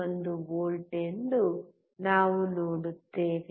1 V ಎಂದು ನಾವು ನೋಡುತ್ತೇವೆ